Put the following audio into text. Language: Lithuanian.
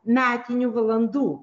metinių valandų